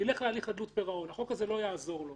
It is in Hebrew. ההקלות המסוימות שהחוק נותן לו.